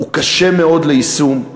הוא קשה מאוד ליישום,